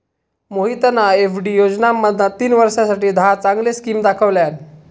मोहितना एफ.डी योजनांमधना तीन वर्षांसाठी दहा चांगले स्किम दाखवल्यान